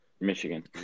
Michigan